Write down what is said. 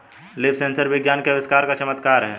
leaf sensor विज्ञान के आविष्कार का चमत्कार है